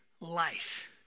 life